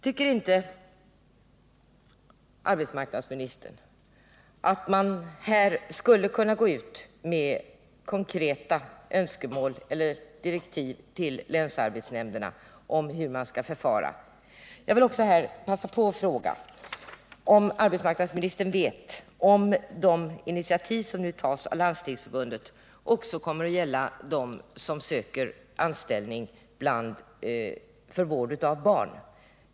Tycker inte arbetsmarknadsministern att man här skulle kunna gå ut med direktiv till länsarbetsnämnderna om hur de skall förfara? Jag vill också här passa på att fråga om arbetsmarknadsministern vet om de initiativ som nu tas av Landstingsförbundet också kommer att gälla dem som söker anställning för vård av barn.